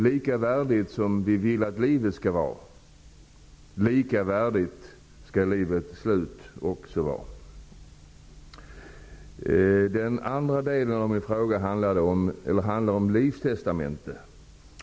Lika värdigt som vi vill att livet skall vara, lika värdigt skall också livets slut vara. Den andra delen av min fråga handlade om livstestamente.